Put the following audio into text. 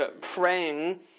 praying